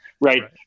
right